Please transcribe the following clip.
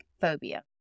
phobia